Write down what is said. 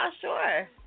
Sure